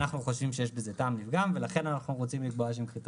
אנחנו חושבים שיש בזה טעם לפגם ולכן אנחנו רוצים קריטריונים,